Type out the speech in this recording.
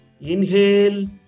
Inhale